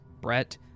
Brett